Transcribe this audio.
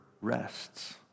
rests